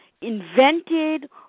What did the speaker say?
invented